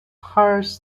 hires